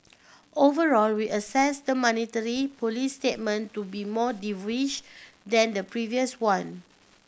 overall we assess the monetary policy statement to be more dovish than the previous one